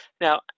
Now